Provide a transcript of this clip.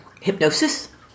hypnosis